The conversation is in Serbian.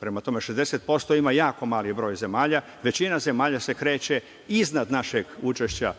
Prema tome, 60% ima jako mali broj zemalja, većina zemalja se kreće iznad našeg učešća